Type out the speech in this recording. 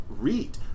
read